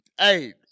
hey